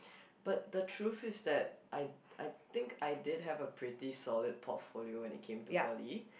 but the truth is that I I think I did have a pretty solid portfolio when it came to poly